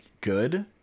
good